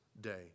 day